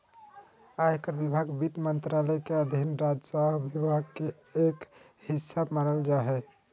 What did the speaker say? आयकर विभाग वित्त मंत्रालय के अधीन राजस्व विभाग के एक हिस्सा मानल जा हय